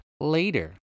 later